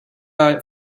are